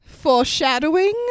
foreshadowing